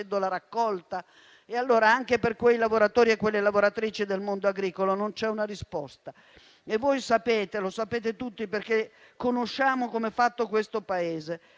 la raccolta? E allora anche per quei lavoratori e quelle lavoratrici del mondo agricolo non c'è una risposta. E voi lo sapete tutti, perché sappiamo com'è fatto questo Paese,